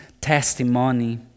testimony